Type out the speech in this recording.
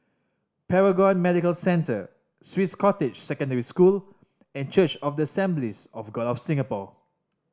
Paragon Medical Centre Swiss Cottage Secondary School and Church of the Assemblies of God of Singapore